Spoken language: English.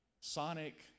sonic